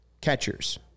catchers